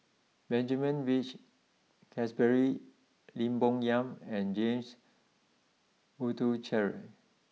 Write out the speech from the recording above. Benjamin Peach Keasberry Lim Bo Yam and James Puthucheary